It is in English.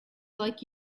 like